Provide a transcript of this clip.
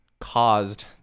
caused